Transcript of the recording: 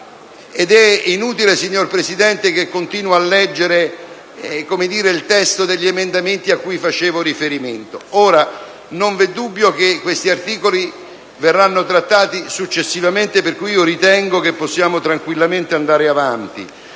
Ed è inutile, signora Presidente, che io continui a leggere il testo degli emendamenti a cui facevo riferimento. Ora, non vi è dubbio che questi articoli verranno trattati successivamente, per cui ritengo che possiamo tranquillamente andare avanti,